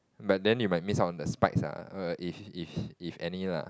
but then you might miss out on the spice lah if if if any lah